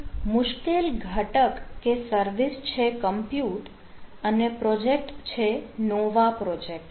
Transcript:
એક મુશ્કેલ ઘટક કે સર્વિસ છે કમ્પ્યુટ અને પ્રોજેક્ટ છે નોવા પ્રોજેક્ટ